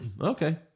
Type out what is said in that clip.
Okay